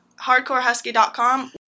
hardcorehusky.com